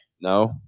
No